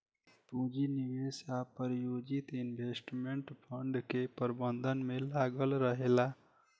पूंजी निवेश आ प्रायोजित इन्वेस्टमेंट फंड के प्रबंधन में लागल रहेला